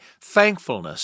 thankfulness